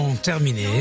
terminé